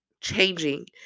changing